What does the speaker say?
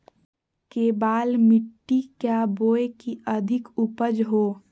केबाल मिट्टी क्या बोए की अधिक उपज हो?